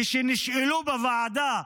כשנשאלו בוועדה,